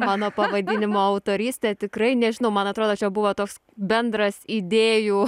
mano pavadinimo autorystė tikrai nežinau man atrodo čia buvo toks bendras idėjų